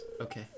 Okay